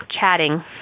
chatting